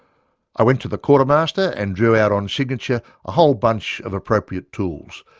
i went to the quartermaster and drew out on signature a whole bunch of appropriate tools.